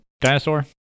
dinosaur